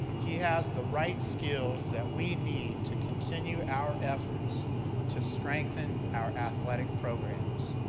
he has the right skills that we need to continue our efforts to strengthen our athletic programs.